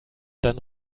dann